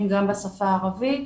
גם בשפה הערבית.